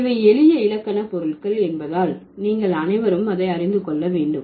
இவை எளிய இலக்கண பொருள்கள் என்பதால் நீங்கள் அனைவரும் அதை அறிந்து கொள்ள வேண்டும்